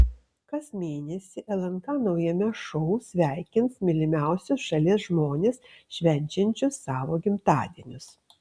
kas mėnesį lnk naujame šou sveikins mylimiausius šalies žmones švenčiančius savo gimtadienius